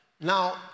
now